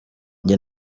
njye